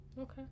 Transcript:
okay